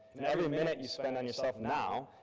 and every minute you spend on yourself now,